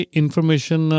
information